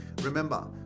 Remember